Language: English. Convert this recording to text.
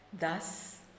Thus